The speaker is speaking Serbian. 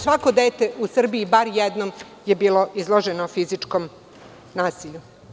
Svako dete u Srbiji bar jednom je bilo izloženo fizičkom nasilju.